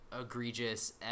egregious